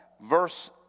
verse